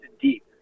deep